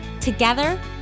Together